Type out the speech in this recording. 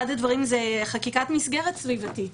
אחד הדברים הוא חקיקת מסגרת סביבתית.